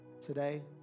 Today